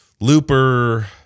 Looper